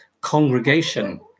congregation